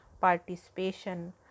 participation